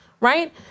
Right